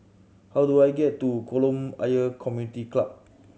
how do I get to Kolam Ayer Community Club